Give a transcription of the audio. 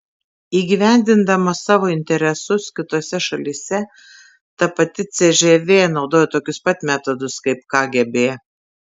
įgyvendindama savo interesus kitose šalyse ta pati cžv naudojo tokius pat metodus kaip kgb